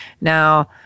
now